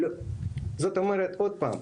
עוד פעם,